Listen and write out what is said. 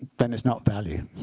then it's not value.